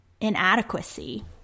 inadequacy